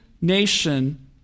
nation